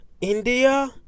India